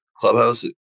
clubhouse